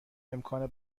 امکان